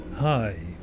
Hi